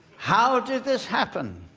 how did this happen?